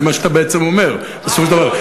זה מה שאתה בעצם אומר בסופו של דבר.